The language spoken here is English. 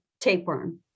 tapeworm